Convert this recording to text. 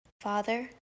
Father